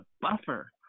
buffer